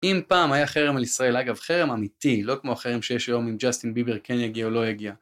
אם פעם, היה חרם על ישראל. אגב, חרם אמיתי, לא כמו החרם שיש היום אם ג'סטין ביבר כן יגיע או לא יגיע.